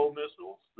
missiles